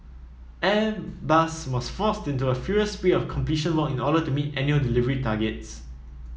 Airbus was forced into a furious spree of completion work in order meet annual delivery targets